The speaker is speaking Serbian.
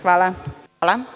Hvala.